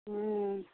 हुँ